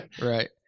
right